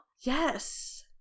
Yes